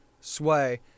sway